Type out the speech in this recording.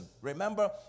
Remember